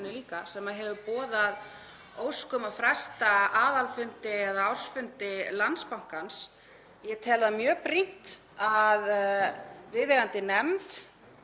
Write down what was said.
sem hefur boðað ósk um að fresta aðalfundi eða ársfundi Landsbankans. Ég tel það mjög brýnt að viðeigandi nefnd,